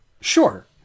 Sure